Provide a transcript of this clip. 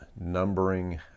numbering